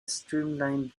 streamlined